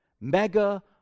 mega